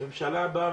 ממשלה באה,